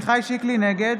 נגד